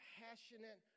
passionate